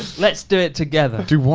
let's do it together. do what